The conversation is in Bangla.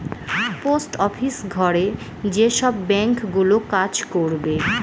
পোস্ট অফিস ঘরে যেসব ব্যাঙ্ক গুলো কাজ করবে